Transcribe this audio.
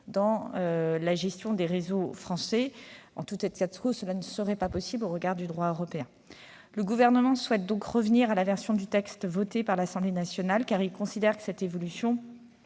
dans la gestion des réseaux français ; cela ne serait pas possible au regard du droit européen. Le Gouvernement souhaite donc revenir à la version du texte voté par l'Assemblée nationale, car il considère que cette évolution